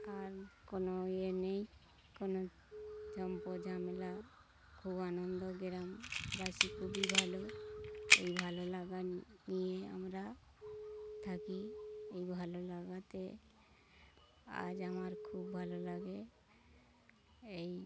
আর কোনো ইয়ে নেই কোনো ঝম্প ঝামেলা খুব আনন্দ গ্রামবাসী খুবই ভালো এই ভালো লাগা নিয়ে আমরা থাকি এই ভালো লাগাতে আজ আমার খুব ভালো লাগে এই